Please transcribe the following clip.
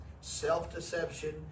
self-deception